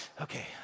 okay